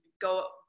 go